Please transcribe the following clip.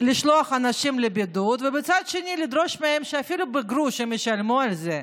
לשלוח אנשים לבידוד ובצד שני לדרוש מהם שאפילו בגרוש ישלמו על זה.